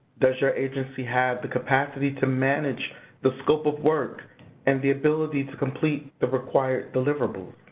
does your agency have the capacity to manage the scope of work and the ability to complete the required deliverables?